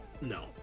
no